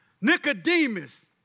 Nicodemus